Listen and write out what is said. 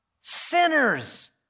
sinners